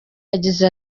yagize